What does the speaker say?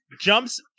jumps